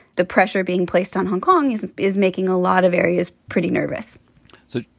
the pressure being placed on hong kong is is making a lot of areas pretty nervous so,